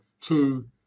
two